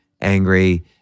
angry